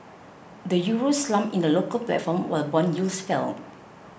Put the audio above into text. the Euro slumped in the local platform while bond yields fell